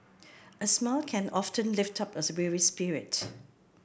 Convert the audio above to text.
a smile can often lift up a weary spirit